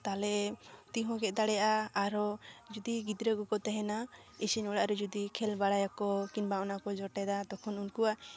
ᱛᱟᱦᱚᱞᱮ ᱛᱤ ᱦᱚᱸ ᱜᱮᱫ ᱫᱟᱲᱮᱭᱟᱜᱼᱟ ᱟᱨᱦᱚᱸ ᱡᱩᱫᱤ ᱜᱤᱫᱽᱨᱟᱹ ᱠᱚᱠᱚ ᱛᱟᱦᱮᱱᱟ ᱤᱥᱤᱱ ᱚᱲᱟᱜ ᱨᱮ ᱡᱩᱫᱤ ᱠᱷᱮᱞ ᱵᱟᱲᱟᱭᱟᱠᱚ ᱠᱤᱢᱵᱟ ᱚᱱᱟ ᱠᱚ ᱡᱚᱴᱮᱫᱟ ᱛᱚᱠᱷᱚᱱ ᱩᱱᱠᱩᱣᱟᱜ